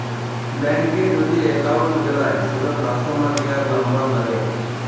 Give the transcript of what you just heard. ব্যাংকে যদি এক্কাউল্ট বেলায় সেটর কাস্টমার কেয়ার লামবার ল্যাগে